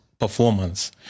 Performance